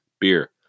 beer